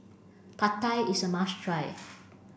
Pad Thai is a must try